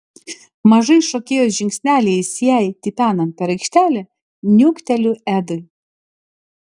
mažais šokėjos žingsneliais jai tipenant per aikštelę niukteliu edui